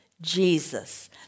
Jesus